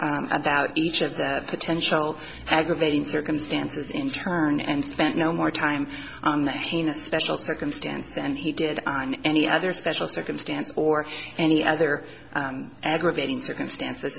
about each of the potential aggravating circumstances in turn and spent no more time on that pain a special circumstance and he did on any other special circumstance for any other aggravating circumstance